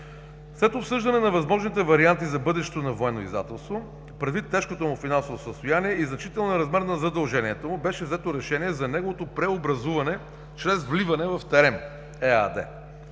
След обсъждане на възможните варианти за бъдещето на „Военно издателство“, предвид тежкото му финансово състояние и значителния размер на задълженията му, беше взето решение за неговото преобразуване чрез вливане в „Терем“ ЕАД.